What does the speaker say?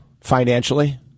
financially